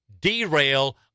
derail